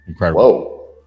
whoa